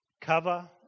cover